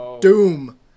Doom